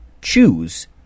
choose